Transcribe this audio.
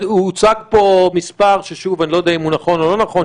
הוצג פה מס' שאני לא יודע אם הוא נכון או לא נכון,